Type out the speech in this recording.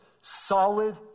solid